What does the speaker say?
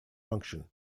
function